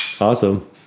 Awesome